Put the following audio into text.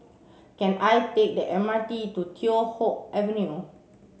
can I take the M R T to Teow Hock Avenue